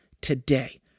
today